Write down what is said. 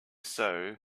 sow